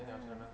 mm